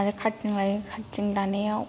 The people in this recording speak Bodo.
आरो काटिं लायो काटिं लानायाव